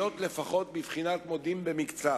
להיות לפחות בבחינת "מודים במקצת"